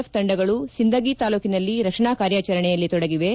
F ತಂಡಗಳು ಸಿಂದಗಿ ತಾಲೂಕಿನಲ್ಲಿ ರಕ್ಷಣಾ ಕಾರ್ಯಾಚರಣೆಯಲ್ಲಿ ತೊಡಗಿವೆ